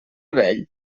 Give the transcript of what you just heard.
vell